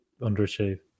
underachieve